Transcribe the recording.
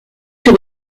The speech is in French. sur